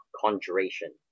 conjuration